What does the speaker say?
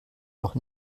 noch